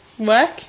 work